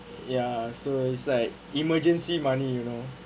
ya so is like emergency money you know